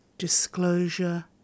Disclosure